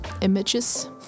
images